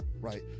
right